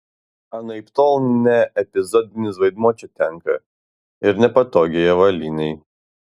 anaiptol ne epizodinis vaidmuo čia tenka ir nepatogiai avalynei